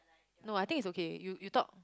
no I think is okay you you thought